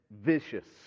vicious